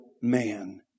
man